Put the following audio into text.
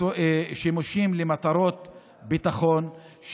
שימושים למטרות ביטחון,